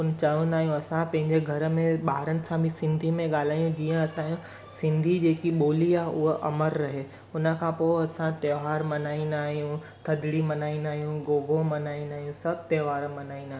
उन चवंदा आहियूं असां पंहिंजे घर में ॿारनि सां बि सिंधी में ॻाल्हायूं जीअं असांजो सिंधी जेकी ॿोली आहे उहो अमर रहे उन खां पोइ असां त्योहारु मल्हाईंदा आहियूं थधिड़ी मल्हाईंदा आहियूं गोगो मल्हाईंदा आहियूं सभु त्योहार मल्हाईंदा आहियूं